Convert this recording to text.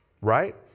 Right